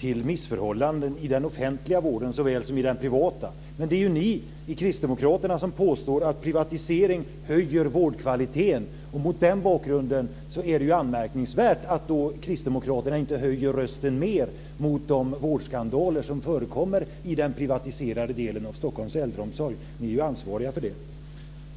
till missförhållanden i den offentliga vården såväl som i den privata, men det är ju ni i Kristdemokraterna som påstår att privatisering höjer vårdkvaliteten. Mot den bakgrunden är det anmärkningsvärt att kristdemokraterna inte höjer rösten mer mot de vårdskandaler som förekommer i den privatiserade delen av Stockholms äldreomsorg. Ni är ansvariga för det.